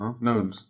No